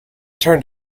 turned